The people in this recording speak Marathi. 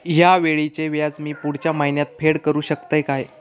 हया वेळीचे व्याज मी पुढच्या महिन्यात फेड करू शकतय काय?